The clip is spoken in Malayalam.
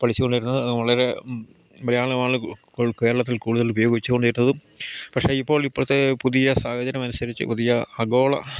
പഠിച്ചുകൊണ്ടിരുന്നത് അത് വളരെ മലയാളമാണ് കേരളത്തിൽ കൂടുതൽ ഉപയോഗിച്ച് കൊണ്ടിരുന്നതും പക്ഷേ ഇപ്പോൾ ഇപ്പഴത്തെ പുതിയ സാഹചര്യം അനുസരിച്ച് പുതിയ ആഗോള